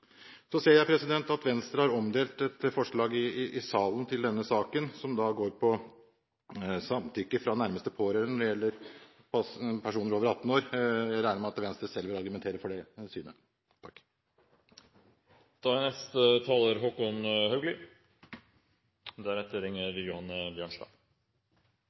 Så ser jeg at Venstre har omdelt et forslag i salen til denne saken, som går på samtykke fra nærmeste pårørende når det gjelder personer over 18 år. Jeg regner med at Venstre selv vil argumentere for det synet. Det er